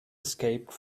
escaped